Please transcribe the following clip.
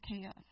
chaos